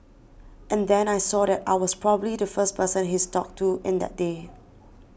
and then I saw that I was probably the first person he's talked to in that day